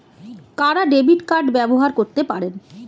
কারা debit card ব্যবহার করতে পারেন?